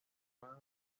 tierra